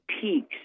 peaks